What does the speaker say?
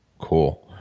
cool